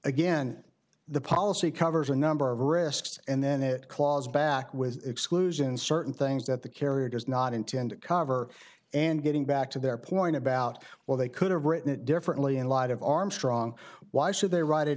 again the policy covers a number of risks and then it clause back with exclusions certain things that the carrier does not intend to cover and getting back to their point about well they could have written it differently in light of armstrong why should they ride it